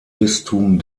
bistum